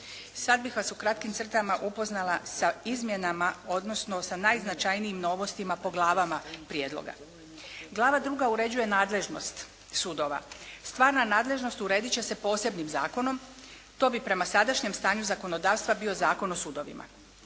Sad bih vas u kratkim crtama upoznala sa izmjenama odnosno sa najznačajnijim novostima po glavama prijedloga. Glava druga uređuje nadležnost sudova. Stvarna nadležnost uredit će se posebnim zakonom. To bi prema sadašnjem stanju zakonodavstva bio Zakon o sudovima.